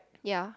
ya